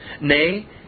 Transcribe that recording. nay